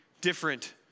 different